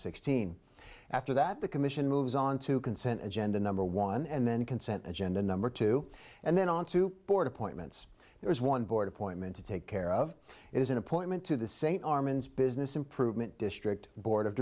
sixteen after that the commission moves on to consent agenda number one and then consent agenda number two and then on to port appointments there's one board appointment to take care of it is an appointment to the st armand's business improvement district board of